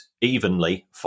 Evenly